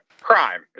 Crime